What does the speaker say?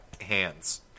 hands